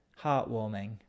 heartwarming